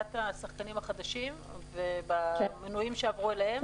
בכניסת השחקנים החדשים ובמנויים שעברו אליהם?